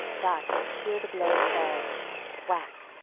dot could hear the blows fall whack,